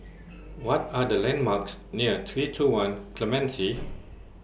What Are The landmarks near three two one Clementi